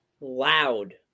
loud